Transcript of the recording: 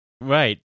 Right